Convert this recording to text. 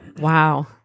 wow